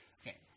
Okay